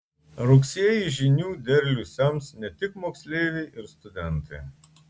rugsėjį žinių derlių sems ne tik moksleiviai ir studentai